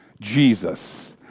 Jesus